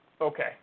Okay